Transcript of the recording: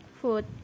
food